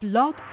Blog